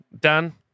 Dan